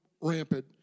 rampant